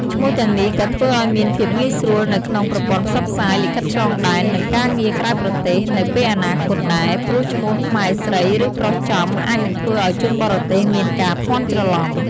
ឈ្មោះទាំងនេះក៏ធ្វើឱ្យមានភាពងាយស្រួលនៅក្នុងប្រព័ន្ធផ្សព្វផ្សាយ លិខិតឆ្លងដែន និង ការងារក្រៅប្រទេស នៅពេលអនាគតដែរ ព្រោះឈ្មោះខ្មែរស្រី ឬ ប្រុសចំ អាចនឹងធ្វើឱ្យជនបរទេសមានការភាន់ច្រឡំ។